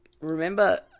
remember